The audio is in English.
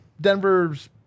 Denver's